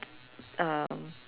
um